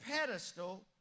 pedestal